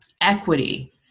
equity